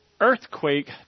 earthquake